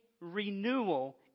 renewal